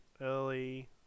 early